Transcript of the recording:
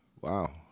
Wow